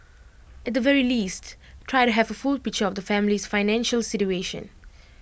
at the very least try to have full picture of the family's financial situation